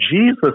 Jesus